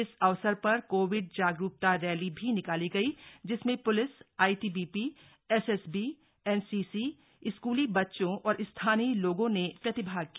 इस अवसर पर कोविड जागरूकता रैली भी निकाली गई जिसमें police ITBP SSB NCC school बच्चों और स्थानीय लोगों ने प्रतिभाग किया